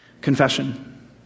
confession